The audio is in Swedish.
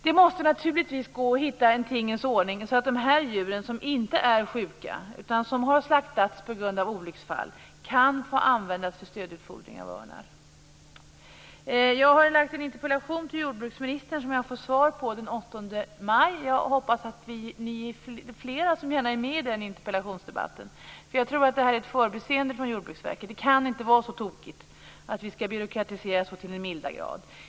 Det måste gå att hitta en ordning så att dessa djur som inte är sjuka, utan som har slaktats på grund av olycksfall, kan få användas för stödutfodring av örnar. Jag har framställt en interpellation till jordbruksministern som jag skall få svar på den 8 maj. Jag hoppas att det är flera som deltar i den interpellationsdebatten. Jag tror att det måste handla om ett förbiseende av Jordbruksverket. Det kan inte vara så tokigt att man skall byråkratisera så till den milda grad.